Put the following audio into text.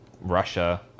Russia